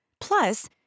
Plus